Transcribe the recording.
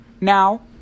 Now